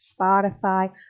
Spotify